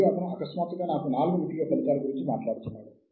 మరియు ఇది వార్తాపత్రికలకు కూడా వర్తిస్తుంది